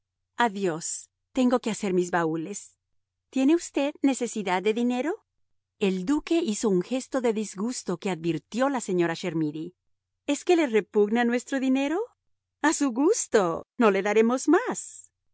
adiós tengo que hacer mis baúles tiene usted necesidad de dinero el duque hizo un gesto de disgusto que advirtió la señora chermidy es que le repugna nuestro dinero a su gusto no le daremos más